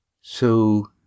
So